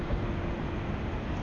I think we talking about food